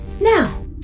Now